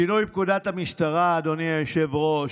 שינוי פקודת המשטרה, אדוני היושב-ראש,